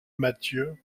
mathieu